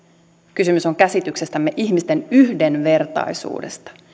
kysymys on käsityksestämme ihmisten yhdenvertaisuudesta